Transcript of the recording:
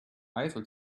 eiffel